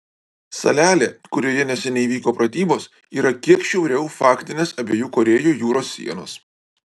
salelė kurioje neseniai vyko pratybos yra kiek šiauriau faktinės abiejų korėjų jūros sienos